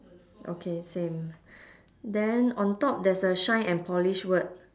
okay same then on top there's a shine and polish word